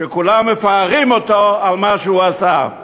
שכולם מפארים אותו על מה שהוא עשה.